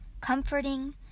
Comforting